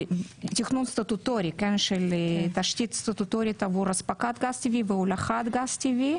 תכנון סטטוטורי של תשתית סטטוטורית עבור אספקת גז טבעי והולכת גז טבעי.